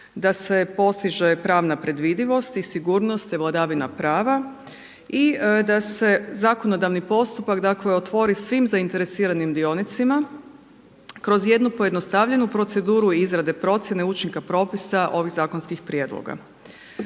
da se postiže pravna predvidivost i sigurnost i da se zakonodavni postupak dakle otvori svim zainteresiranim dionicima kroz jednu pojednostavljenu proceduru izrade procjene učinka propisa ovih zakonskih prijedloga.